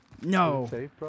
No